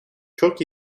çok